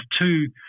two